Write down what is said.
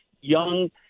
young